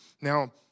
Now